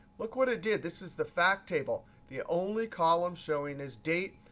look what it did. this is the fact table. the only column showing is date,